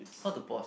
how to pause